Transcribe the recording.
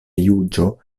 juĝo